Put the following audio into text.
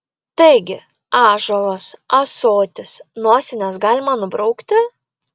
taigi ąžuolas ąsotis nosines galima nubraukti